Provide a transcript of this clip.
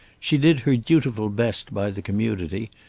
she did her dutiful best by the community,